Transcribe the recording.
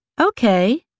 Okay